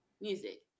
music